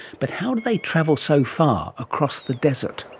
but how do they travel so far across the desert?